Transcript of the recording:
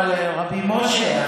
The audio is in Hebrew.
אבל רבי משה,